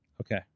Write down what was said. Okay